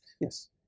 Yes